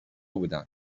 بودند